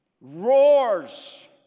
roars